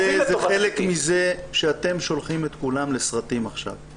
זה חלק מזה שאתם שולחים את כולם לסרטים עכשיו.